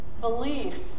belief